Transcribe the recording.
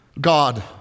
God